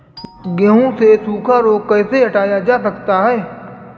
गेहूँ से सूखा रोग कैसे हटाया जा सकता है?